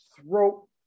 throat